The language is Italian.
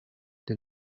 del